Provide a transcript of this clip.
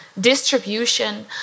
distribution